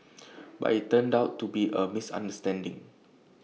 but IT turned out to be A misunderstanding